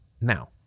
now